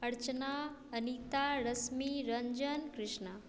Archana Anita Rashmi Ranjan Krishna